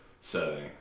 setting